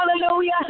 hallelujah